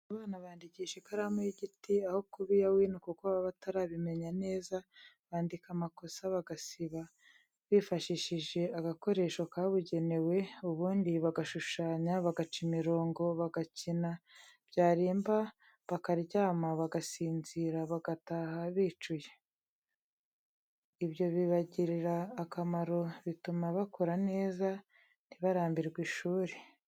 Abana bandikisha ikaramu y'igiti aho kuba iya wino kuko baba batarabimenya neza bandika amakosa bagasiba, bifashishije agakoresho kabugenewe, ubundi bagashushanya, bagaca imirongo, bagakina, byarimba bakaryama bagasinzira, bagataha bicuye. Ibyo bibagirira akamaro, bituma bakura neza, ntibarambirwe ishuri.